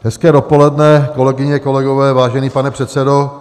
Hezké dopoledne, kolegyně, kolegové, vážený pane předsedo.